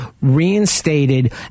reinstated